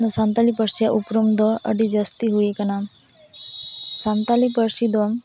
ᱥᱟᱱᱛᱟᱲᱤ ᱯᱟᱹᱨᱥᱤᱭᱟᱜ ᱩᱯᱨᱩᱢᱫᱚ ᱟᱹᱰᱤ ᱡᱟᱹᱥᱛᱤ ᱦᱩᱭ ᱟᱠᱟᱱᱟ ᱥᱟᱱᱛᱟᱲᱤ ᱯᱟᱹᱨᱥᱤ ᱫᱚ